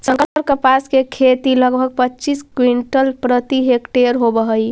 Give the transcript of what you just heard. संकर कपास के खेती लगभग पच्चीस क्विंटल प्रति हेक्टेयर होवऽ हई